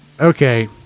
okay